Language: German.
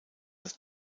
das